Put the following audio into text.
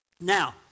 Now